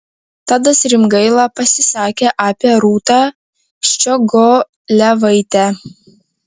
tadas rimgaila pasisakė apie rūtą ščiogolevaitę